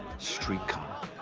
streetcar,